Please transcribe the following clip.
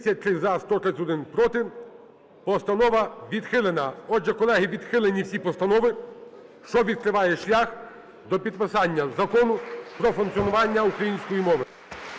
За-33 131 – проти. Постанова відхилена. Отже, колеги, відхилені всі постанови, що відкриває шлях до підписання Закону про функціонування української мови.